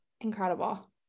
Incredible